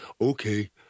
Okay